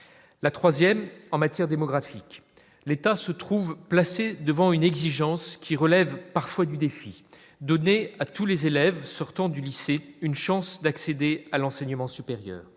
la 3ème en matière démographique, l'état se trouve placé devant une exigence qui relève parfois du défi : donner à tous les élèves sortant du lycée, une chance d'accéder à l'enseignement supérieur,